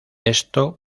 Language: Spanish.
esto